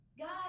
god